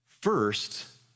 First